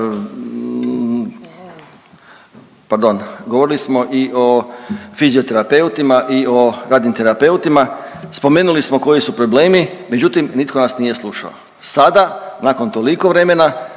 pardon, govorili smo i o fizioterapeutima i o radnim terapeutima, spomenuli smo koji su problemi, međutim nitko nas nije slušao. Sada, nakon toliko vremena